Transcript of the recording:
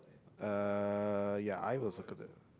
uh ya I was exclude it